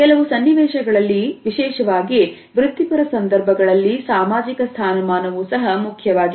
ಕೆಲವು ಸನ್ನಿವೇಶಗಳಲ್ಲಿ ವಿಶೇಷವಾಗಿ ವೃತ್ತಿಪರ ಸಂದರ್ಭಗಳಲ್ಲಿ ಸಾಮಾಜಿಕ ಸ್ಥಾನಮಾನವು ಸಹ ಮುಖ್ಯವಾಗಿದೆ